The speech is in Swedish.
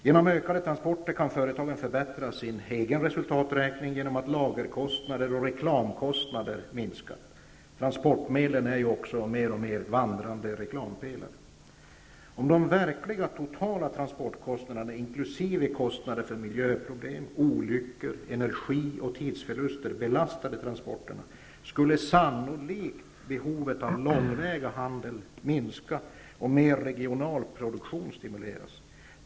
Genom ökade tansporter kan företagen förbättra sitt eget resultat, därför att lagerkostnader och reklamkostnader minskar -- transportmedlen är ju mer och mer vandrande reklampelare. Om de verkliga totala transportkostnaderna, inkl. kostnader för miljöproblem, olyckor, energi och tidsförluster belastade transporterna, skulle behovet av långväga handel sannolikt minska och mer regional produktion stimuleras.